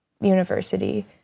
university